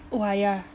!wah! yeah